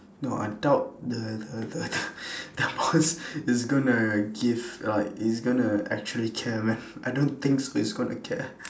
no I doubt the the the the the boss is gonna give like is gonna actually care man I don't think he's gonna care